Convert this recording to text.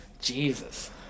jesus